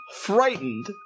frightened